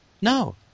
No